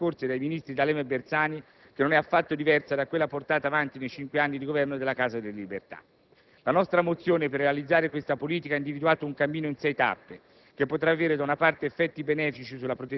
Prova di ciò la ricetta fornita nelle settimane scorse dai ministri D'Alema e Bersani, che non è affatto diversa da quella portata avanti nei cinque anni di governo dalla Casa delle Libertà. La nostra mozione per realizzare questa politica ha individuato un cammino in sei tappe,